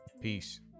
peace